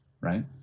right